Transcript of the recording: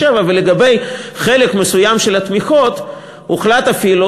ולגבי חלק מסוים של התמיכות הוחלט אפילו